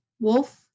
wolf